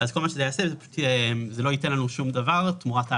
זה לא ייתן לנו שום דבר תמורת ההטבות.